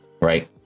right